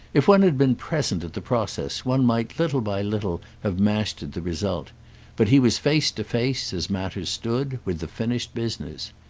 if one had been present at the process one might little by little have mastered the result but he was face to face, as matters stood, with the finished business.